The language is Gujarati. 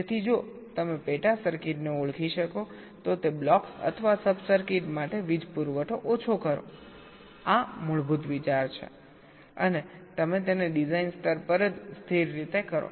તેથી જો તમે પેટા સર્કિટને ઓળખી શકો તો તે બ્લોક્સ અથવા સબ સર્કિટ માટે વીજ પુરવઠો ઓછો કરો આ મૂળ વિચાર છેઅને તમે તેને ડિઝાઇન સ્તર પર જ સ્થિર રીતે કરો છો